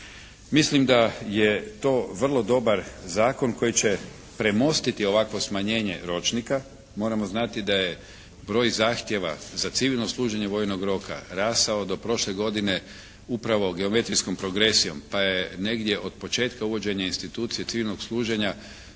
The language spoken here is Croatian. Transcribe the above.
Mislim da je to vrlo dobar zakon koji će premostiti ovako smanjenje ročnika, moramo znati da je broj zahtjeva za civilno služenje vojnog roka rastao do prošle godine upravo geometrijskom progresijom pa je negdje od početka uvođenja institucije civilnog služenja